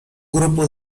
grupo